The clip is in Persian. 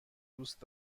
دوست